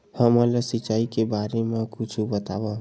हमन ला सिंचाई के बारे मा कुछु बतावव?